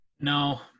No